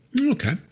Okay